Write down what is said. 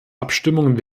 abstimmung